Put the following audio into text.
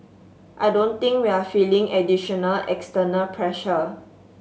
I don't think we're feeling additional external pressure